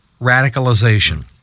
radicalization